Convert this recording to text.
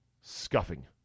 scuffing